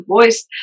voice